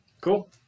Cool